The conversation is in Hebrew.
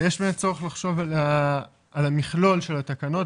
ויש באמת צורך לחשוב על המכלול של התקנות